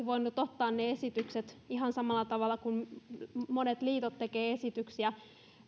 voinut ottaa ne esitykset ihan samalla tavalla kuin monet liitot tekevät esityksiä